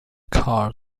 car